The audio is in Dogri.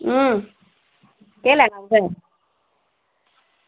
अं केह् लैना तुसें